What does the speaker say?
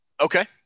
Okay